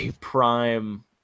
prime